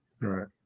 Right